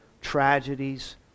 tragedies